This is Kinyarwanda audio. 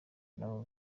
nabo